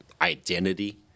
identity